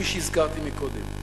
כפי שהזכרתי מקודם?